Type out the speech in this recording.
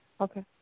Okay